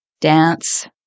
dance